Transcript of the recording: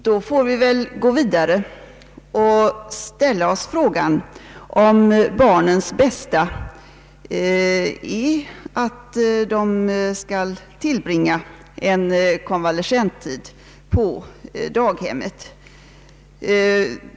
Då får vi väl gå vidare och ställa oss frågan om barnens bästa är att de skall tillbringa en konvalescenstid på daghemmet.